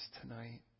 tonight